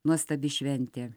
nuostabi šventė